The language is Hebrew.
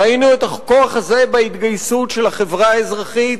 ראינו את הכוח הזה בהתגייסות של החברה האזרחית,